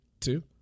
two